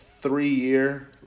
three-year